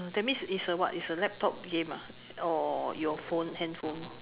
uh that means it's a what is a laptop game ah or your phone handphone